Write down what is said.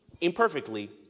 imperfectly